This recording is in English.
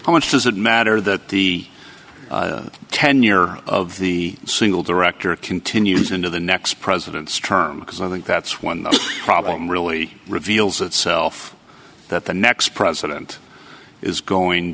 how much does it matter that the tenure of the single director continues into the next president's trip because i think that's when the problem really reveals itself that the next president is going